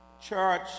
Church